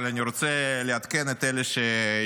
אבל אני רוצה לעדכן את אלה שישנם: